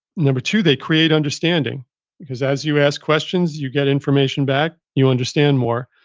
number two, they create understanding because as you ask questions, you get information back. you understand more.